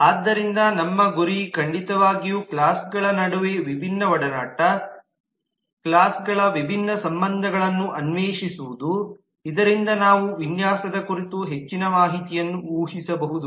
ಆದ್ದರಿಂದ ನಮ್ಮ ಮುಂದಿನ ಗುರಿ ಖಂಡಿತವಾಗಿಯೂ ಕ್ಲಾಸ್ಗಳ ನಡುವೆ ವಿಭಿನ್ನ ಒಡನಾಟ ಕ್ಲಾಸ್ಗಳ ವಿಭಿನ್ನ ಸಂಬಂಧಗಳನ್ನು ಅನ್ವೇಷಿಸುವುದು ಇದರಿಂದ ನಾವು ವಿನ್ಯಾಸದ ಕುರಿತು ಹೆಚ್ಚಿನ ಮಾಹಿತಿಯನ್ನು ಊಹಿಸಬಹುದು